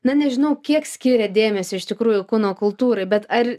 na nežinau kiek skiria dėmesį iš tikrųjų kūno kultūrai bet ar